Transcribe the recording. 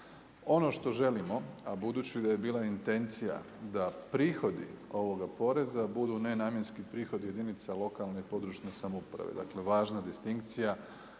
Ono što želimo, a budući da je bila intencija, da prihodi ovoga poreza budu nenamjenski prihodi jedinica lokalne i područne samouprave , dakle važna distinkcija,